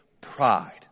Pride